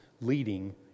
leading